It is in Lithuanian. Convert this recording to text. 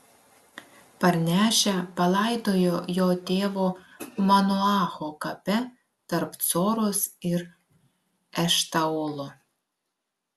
parnešę palaidojo jo tėvo manoacho kape tarp coros ir eštaolo